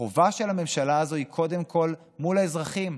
החובה של הממשלה הזו היא קודם כול מול האזרחים,